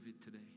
today